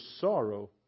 sorrow